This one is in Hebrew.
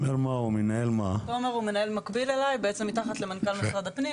רוצה לאחל בריאות שלמה למנכ"ל משרד הפנים,